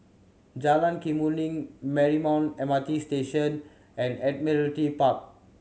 Jalan Kemuning Marymount M R T Station and Admiralty Park